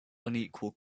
unequal